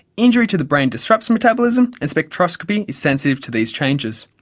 injury to the brain disrupts metabolism and spectroscopy is sensitive to these changes.